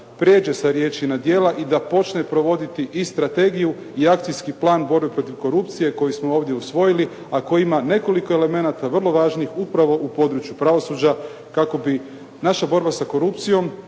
prijeđe sa riječi na djela i da počne provoditi i Strategiju i Akcijski plan borbe protiv korupcije koji smo ovdje usvojili, a koji ima nekoliko elemenata vrlo važnih upravo u području pravosuđa kako bi naša borba sa korupcijom